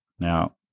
Now